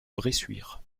bressuire